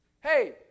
hey